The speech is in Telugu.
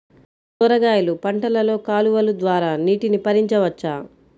కూరగాయలు పంటలలో కాలువలు ద్వారా నీటిని పరించవచ్చా?